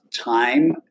time